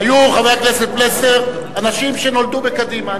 היו, חבר הכנסת פלסנר, אנשים שנולדו בקדימה.